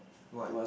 what